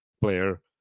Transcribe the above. player